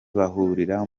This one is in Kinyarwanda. bahurira